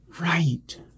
right